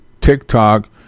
tiktok